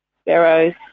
sparrows